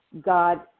God